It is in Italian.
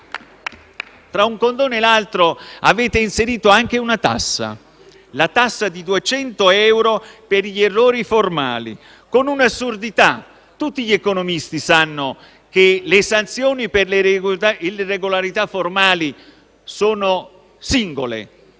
Tra un condono e l'altro, avete inserito anche una tassa, la tassa di 200 euro per gli errori formali, con un'assurdità: tutti gli economisti sanno che le sanzioni per le irregolarità formali sono singole,